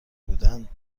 بودند